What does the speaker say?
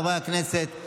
חברי הכנסת,